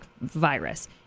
virus